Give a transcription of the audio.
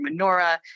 menorah